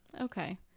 Okay